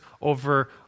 over